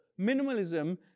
minimalism